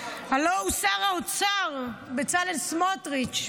הלוא הוא שר האוצר בצלאל סמוטריץ'.